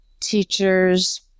teachers